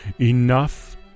Enough